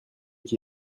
qui